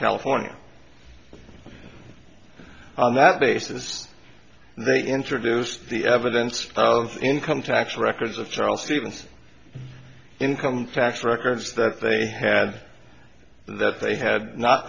california on that basis they introduced the evidence of income tax records of charles stevens income tax records that they had that they had not